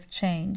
change